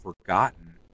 forgotten